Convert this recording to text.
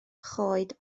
choed